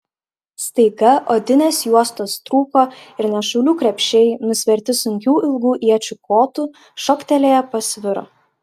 staiga odinės juostos trūko ir nešulių krepšiai nusverti sunkių ilgų iečių kotų šoktelėję pasviro